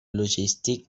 logístic